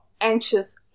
anxious